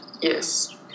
yes